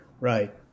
Right